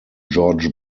george